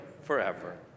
forever